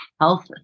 health